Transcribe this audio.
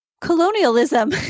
Colonialism